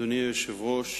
אדוני היושב-ראש,